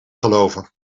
geloven